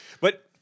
But-